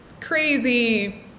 crazy